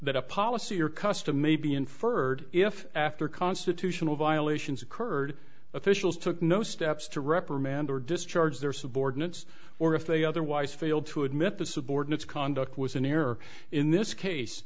that a policy or custom may be inferred if after constitutional violations occurred officials took no steps to reprimand or discharge their subordinates or if they otherwise failed to admit the subordinates conduct was in error in this case